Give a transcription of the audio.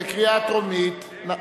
בקריאה טרומית.